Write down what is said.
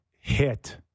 hit